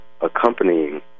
accompanying